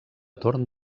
torn